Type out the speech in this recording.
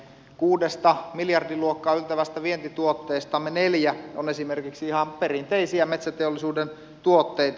kuudesta miljardiluokkaan yltävästä vientituotteestamme neljä on esimerkiksi ihan perinteisiä metsäteollisuuden tuotteita